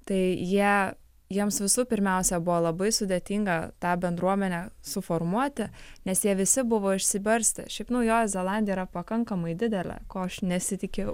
tai jie jiems visų pirmiausia buvo labai sudėtinga tą bendruomenę suformuoti nes jie visi buvo išsibarstę šiaip naujoji zelandija yra pakankamai didelė ko aš nesitikėjau